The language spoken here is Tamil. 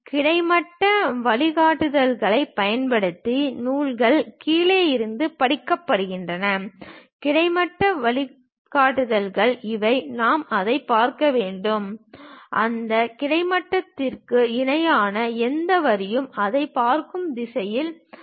கிடைமட்ட வழிகாட்டுதல்களைப் பயன்படுத்தி நூல்கள் கீழே இருந்து படிக்கப்படுகின்றன கிடைமட்ட வழிகாட்டுதல்கள் இவை நாம் அதைப் பார்க்க வேண்டும் அந்த கிடைமட்டத்திற்கு இணையான எந்த வரியும் அதைப் பார்க்கும் நிலையில் இருப்போம்